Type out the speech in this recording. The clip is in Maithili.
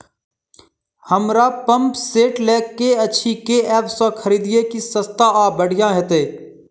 हमरा पंप सेट लय केँ अछि केँ ऐप सँ खरिदियै की सस्ता आ बढ़िया हेतइ?